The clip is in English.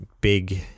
big